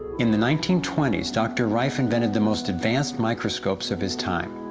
in the nineteen twenty s, dr. rife invented the most advanced microscopes of his time.